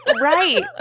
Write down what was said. right